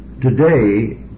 today